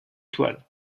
toile